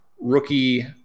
rookie